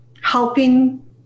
helping